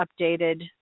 updated